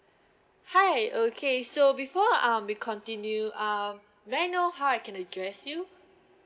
hi okay so before um we continue um may I know how I can address you